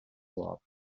wop